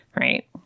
Right